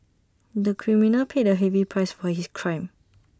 the criminal paid A heavy price for his crime